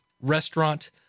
restaurant